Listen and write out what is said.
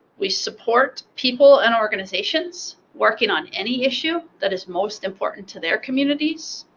we support people and organizations working on any issue that is most important to their communities.